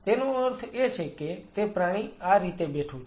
તેનો અર્થ એ છે કે તે પ્રાણી આ રીતે બેઠું છે